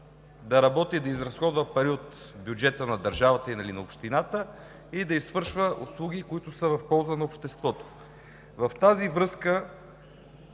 да работи и да изразходва пари от бюджета на държавата или на общината, и да извършва услуги, които са в полза на обществото. В тази връзка